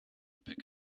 pick